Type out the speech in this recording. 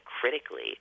critically